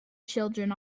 children